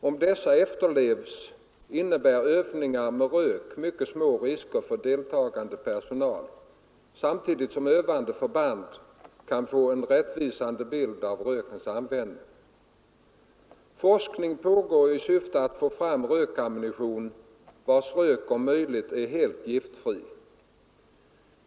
Om dessa efterlevs innebär övningar med rök mycket små risker för deltagande personal samtidigt som övande förband kan få en rättvisande bild av rökens användning. Forskning pågår i syfte att få fram rökammunition vars rök om möjligt är helt giftfri.